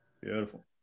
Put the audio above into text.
Beautiful